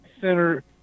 center